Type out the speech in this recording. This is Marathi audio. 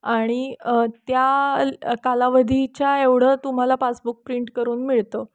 आणि त्या कालावधीच्या एवढं तुम्हाला पासबुक प्रिंट करून मिळतं